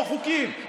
לא חוקים.